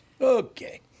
Okay